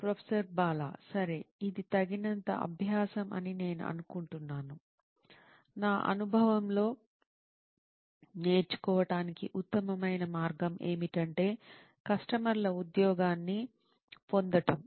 professor Bala సరే ఇది తగినంత అభ్యాసం అని నేను అనుకుంటున్నాను నా అనుభవంలో నేర్చుకోవటానికి ఉత్తమమైన మార్గం ఏమిటంటే కస్టమర్ల ఉద్యోగాన్ని పొందటం